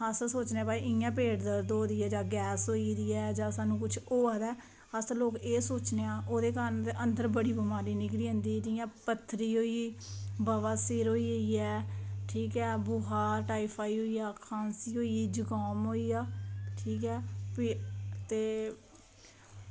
अस सोचने कि भई इंया पेट दर्द होआ दी ऐ जां गैस होआ दी ऐ जां सानूं कुछ होआ दी ऐ अस लोग ते एह् सोचने आं ते ओह्दे कारण अंदर बड़ी बमारी निकली जंदी ऐ इंया पत्थरी होई बवासीर होई गेदी ऐ ठीक बुखार टाईडफाईड होइया ऐ खांसी होई जुकाम होइया ठीक ऐ भी ते